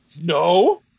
No